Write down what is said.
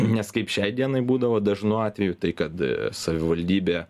nes kaip šiai dienai būdavo dažnu atveju tai kad savivaldybė